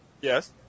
Yes